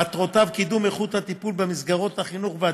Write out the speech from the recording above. מטרותיו: קידום איכות הטיפול במסגרות החינוך והטיפול,